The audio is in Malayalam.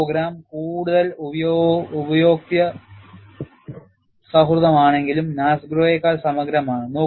ഈ പ്രോഗ്രാം കൂടുതൽ ഉപയോക്തൃ സൌഹൃദമാണെങ്കിലും NASGRO യെക്കാൾ സമഗ്രമാണ്